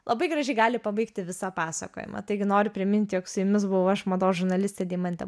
labai gražiai gali pabaigti visą pasakojimą taigi noriu priminti jog su jumis buvau aš mados žurnalistė deimantė